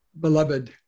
beloved